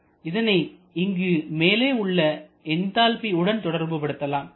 இதனை இங்கு மேலே உள்ள என்தால்பி உடன் தொடர்பு படுத்தலாம்